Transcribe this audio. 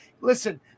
listen